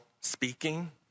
speaking